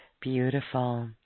Beautiful